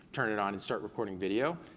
turn it on and start recording video,